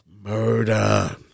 murder